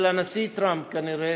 של הנשיא טראמפ, כנראה,